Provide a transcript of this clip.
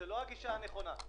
שזו לא הגישה הנכונה,